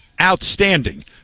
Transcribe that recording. outstanding